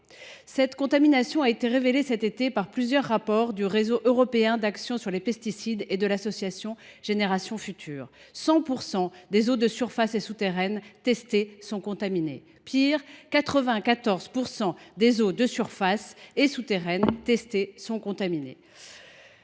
Cette contamination a été révélée cet été par plusieurs rapports du Réseau européen d’action sur les pesticides et de l’association Générations Futures. Selon ces travaux, 100 % des eaux de surface et souterraines testées sont contaminées. Pire, 94 % des eaux du robinet sont, elles aussi, contaminées.